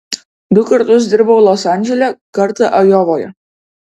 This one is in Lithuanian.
du kartus dirbau los andžele kartą ajovoje